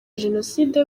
jenoside